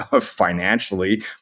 financially